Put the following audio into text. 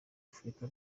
afurika